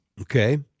Okay